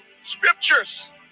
scriptures